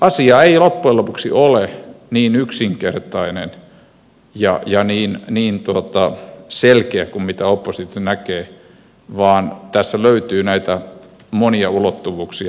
asia ei loppujen lopuksi ole niin yksinkertainen ja niin selkeä kuin oppositio näkee vaan tässä löytyy näitä monia ulottuvuuksia